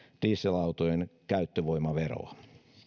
dieselautojen käyttövoimaveroa